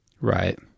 right